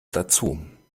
dazu